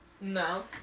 No